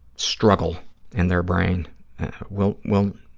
struggle in their brain will will